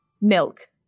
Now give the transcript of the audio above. Milk